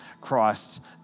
Christ